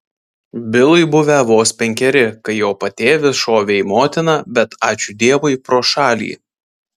bilui buvę vos penkeri kai jo patėvis šovė į motiną bet ačiū dievui pro šalį